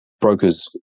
brokers